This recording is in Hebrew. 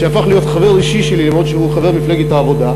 שהפך להיות חבר אישי שלי אף שהוא חבר מפלגת העבודה,